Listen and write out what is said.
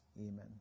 amen